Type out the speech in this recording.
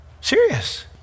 serious